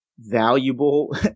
valuable